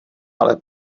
ale